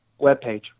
webpage